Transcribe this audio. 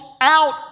out